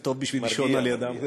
זה טוב בשביל לישון לידם.